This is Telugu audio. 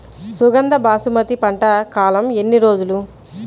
సుగంధ బాసుమతి పంట కాలం ఎన్ని రోజులు?